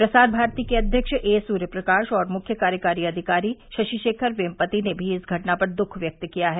प्रसार भारती के अव्यक्ष ए सुयेप्रकाश और मुख्य कार्यकारी अधिकारी शशि शेखर वेमपति ने भी इस घटना पर दुख व्यक्त किया है